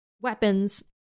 weapons